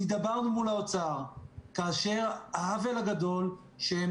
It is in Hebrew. נדברנו מול האוצר כאשר העוול הגדול שהם